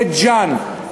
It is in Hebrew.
בית-ג'ן,